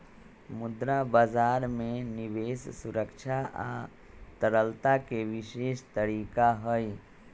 मुद्रा बजार में निवेश सुरक्षा आ तरलता के विशेष तरीका हई